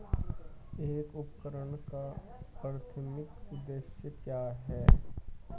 एक उपकरण का प्राथमिक उद्देश्य क्या है?